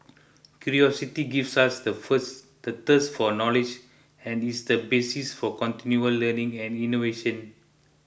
curiosity gives us the first the thirst for knowledge and is the basis for continual learning and innovation